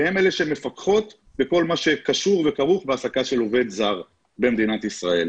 והן אלה שמפקחות בכל מה שקשור להעסקה של עובד זר במדינת ישראל.